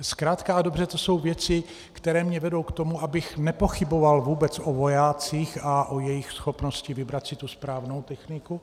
Zkrátka a dobře to jsou věci, které mě vedou k tomu, abych nepochyboval vůbec o vojácích a o jejich schopnosti vybrat si tu správnou techniku.